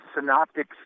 synoptic